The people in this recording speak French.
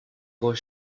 gros